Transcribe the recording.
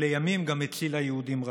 שלימים גם הצילה יהודים רבים.